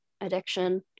addiction